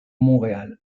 montréal